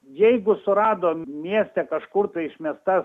jeigu surado mieste kažkur tai išmesta